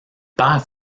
perd